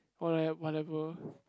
or like whatever